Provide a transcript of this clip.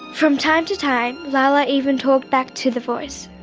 from time to time lala even talked back to the voice.